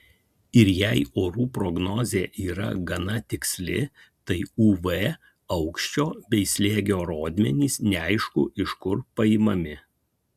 ir jei orų prognozė yra gana tiksli tai uv aukščio bei slėgio rodmenys neaišku iš kur paimami